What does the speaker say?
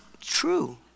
true